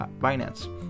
Binance